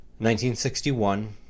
1961